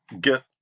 get